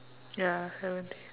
ya seventeen